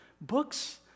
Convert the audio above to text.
books